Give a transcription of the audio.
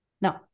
No